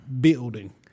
building